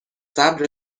صبر